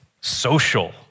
Social